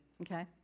okay